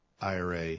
IRA